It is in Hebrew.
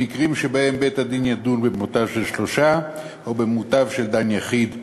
המקרים שבהם בית-הדין ידון במותב של שלושה או במותב של דן יחיד,